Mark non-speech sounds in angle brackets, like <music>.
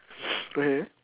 <noise> okay